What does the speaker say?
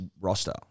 roster